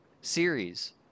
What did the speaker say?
series